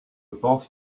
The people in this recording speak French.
pense